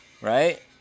Right